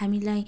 हामीलाई